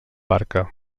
barca